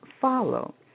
follow